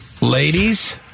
Ladies